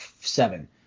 seven